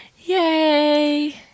Yay